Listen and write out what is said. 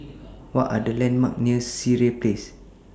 What Are The landmarks near Sireh Place